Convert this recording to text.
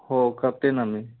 हो करते ना मी